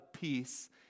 peace